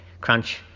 crunch